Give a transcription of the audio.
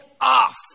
off